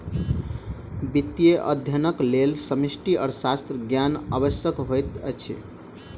वित्तीय अध्ययनक लेल समष्टि अर्थशास्त्रक ज्ञान आवश्यक होइत अछि